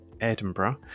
Edinburgh